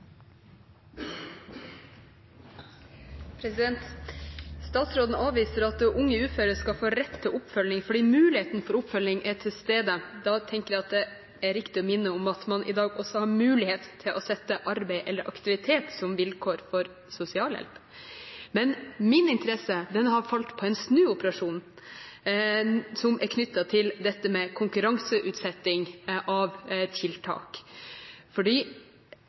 Statsråden avviser at unge uføre skal få rett til oppfølging fordi muligheten for oppfølging er til stede. Da tenker jeg at det er viktig å minne om at man også i dag har mulighet til å sette arbeid eller aktivitet som vilkår for sosialhjelp. Men min interesse har falt på en snuoperasjon knyttet til dette med konkurranseutsetting av tiltak: